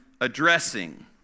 addressing